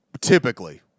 Typically